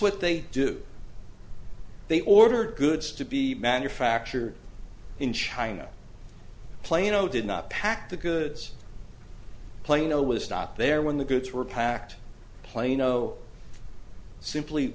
what they do they ordered goods to be manufactured in china plano did not pack the goods plano was not there when the goods were packed plano simply